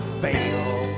fail